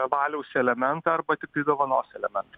baliaus elementą arba tiktai dovanos elementą